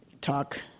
talk